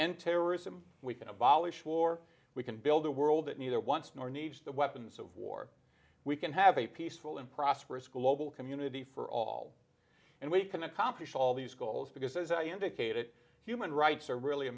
end terrorism we can abolish war we can build the world that knew that once more the weapons of war we can have a peaceful and prosperous global community for all and we can accomplish all these goals because as i indicated human rights are really a